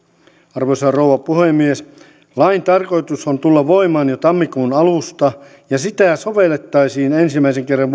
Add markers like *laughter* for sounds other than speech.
arvoisa rouva puhemies lain on tarkoitus tulla voimaan jo tammikuun alusta ja sitä sovellettaisiin ensimmäisen kerran *unintelligible*